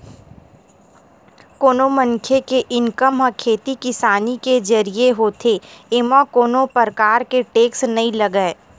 कोनो मनखे के इनकम ह खेती किसानी के जरिए होथे एमा कोनो परकार के टेक्स नइ लगय